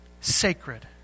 sacred